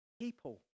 people